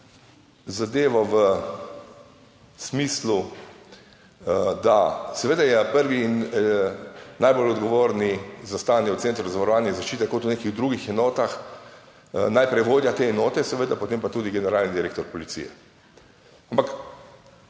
zadevo v smislu, da seveda je prvi in najbolj odgovorni za stanje v Centru za varovanje zaščite kot v nekih drugih enotah, najprej vodja te enote, seveda potem pa tudi generalni direktor policije. Ampak,